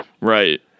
Right